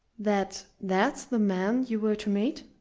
that that's the man you were to meet?